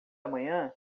amanhã